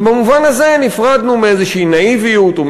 ובמובן הזה נפרדנו מאיזושהי נאיביות או